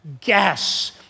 gas